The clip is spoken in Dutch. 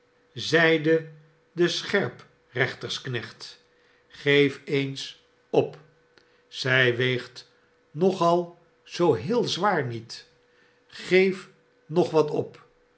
zeide de scherprechtersknecht geef eens op zij weegt nog al zoo heel zwaar niet geef nog wat op